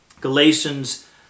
Galatians